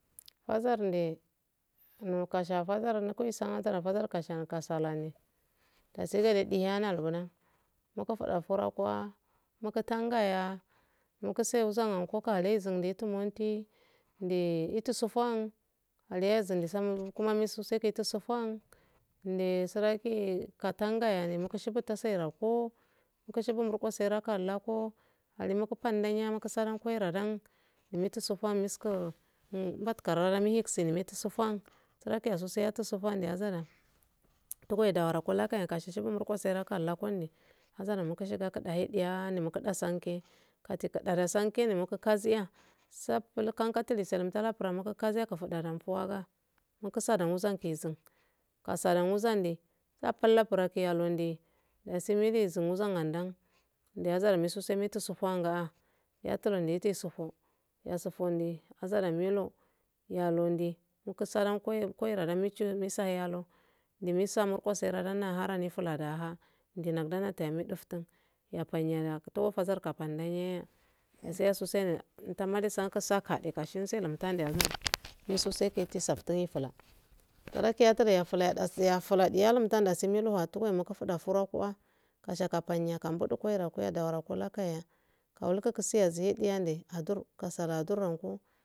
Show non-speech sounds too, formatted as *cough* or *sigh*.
Bazarde kasha bazar nukuisa azara bazar kasan kashalane tesi gane diya nulu guna muku fuda furo kuwa muku tangaya muka seuzamankuka alaizindaitu monti nde itu sufan a laizinda *unintelligible* sufan nde suraki katangarya nimukushigu tasayerako mukushugu murkusaikallako alimuku fandaya makkusaran kairadan immitu sufamisko *hesitation* mbattka rara mihiksini miti sufan surakiyaso saiyatu sufaniyazara tugoye dawarko lakayen kashishigu murko sayalakonni zara mukashigadedahe diyaa nimuku dahe sange kafe kada sange nimuku kaziya safai kangatu lisalum sala furanmako kaziya fudadan fuu waga mukusadan wusange zum kasadan wuzande safal lake yulende dasi milu isum wuzangandan nde azara mitu sufan ngaa yaturo mitu sifu yasufundiye azara milu yalunde mukusaran koi kiradan misa yalo ndinusa murko seranadanna hara nifula da haa nde nada nata mifduktun yafanya *unintelligible* sakadeka shensi *noise* fu la diyalum mukufula furo fuwa kasja kafanya kambo do koira kuya dawura kola kaya *unintelligible* kasala adur lanku